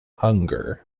hunger